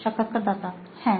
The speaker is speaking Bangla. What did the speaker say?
সাক্ষাৎকারদাতাহ্যাঁ